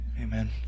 Amen